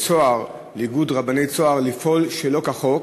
לארגון רבני "צהר" לפעול שלא כחוק,